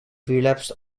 relapsed